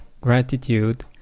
gratitude